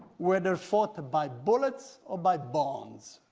whether fought by bullets or by bombs.